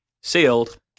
sealed